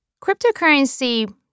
Cryptocurrency